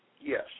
Yes